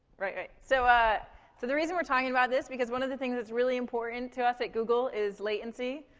right, right. so, ah, so the reason we're talking about this because one of the things that's really important to us at google is latency.